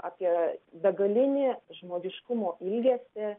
apie begalinį žmogiškumo ilgesį